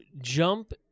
jump